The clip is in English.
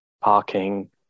parking